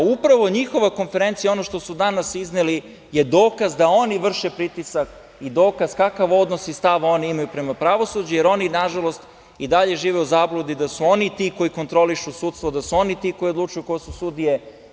Upravo njihova konferencija, ono što su danas izneli je dokaz da oni vrše pritisak i dokaz kakav odnos i stav oni imaju prema pravosuđu, jer oni, nažalost i dalje žive u zabludi da su oni ti koji kontrolišu sudstvo, da su oni ti koji odlučuju ko su sudije.